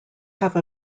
have